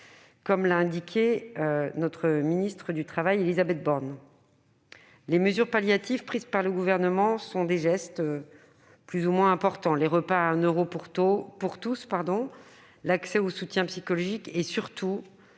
qu'a annoncée la ministre du travail, Mme Élisabeth Borne. Les mesures palliatives prises par le Gouvernement constituent des gestes plus ou moins importants : les repas à 1 euro pour tous, l'accès au soutien psychologique et, surtout,